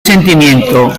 sentimiento